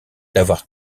d’avoir